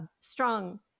strong